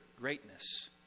greatness